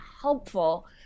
helpful